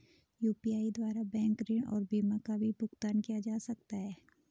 UPI द्वारा bank ऋण और बीमा का भी भुगतान किया जा सकता है?